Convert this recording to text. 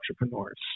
entrepreneurs